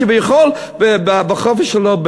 כביכול בחופש שלו,